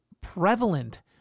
prevalent